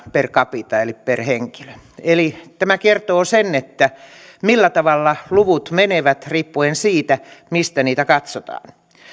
per capita eli per henkilö tämä kertoo sen millä tavalla luvut menevät riippuen siitä mistä niitä katsotaan